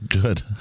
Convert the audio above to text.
Good